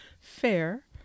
Fair